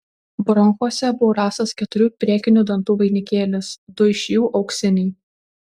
bronchuose buvo rastas keturių priekinių dantų vainikėlis du iš jų auksiniai